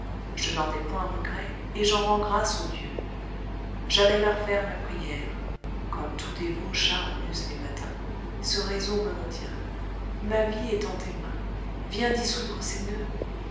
je n'en ai point regret et j'en rends grâce aux dieux j'allais leur faire ma prière comme tout dévot chat en use les matins ce réseau me retient ma vie est en tes mains viens dissoudre ces nœuds